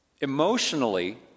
emotionally